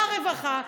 לא הרווחה,